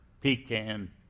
pecan